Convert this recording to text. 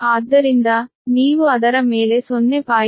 ಆದ್ದರಿಂದ ನೀವು ಅದರ ಮೇಲೆ 0